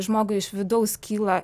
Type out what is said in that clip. žmogui iš vidaus kyla